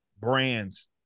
brands